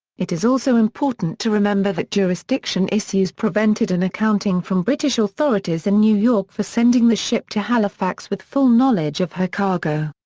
it is also important to remember that jurisdiction issues prevented an accounting from british authorities in new york for sending the ship to halifax with full knowledge of her cargo.